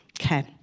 Okay